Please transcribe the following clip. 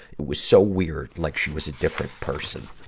it was so weird, like she was a different person.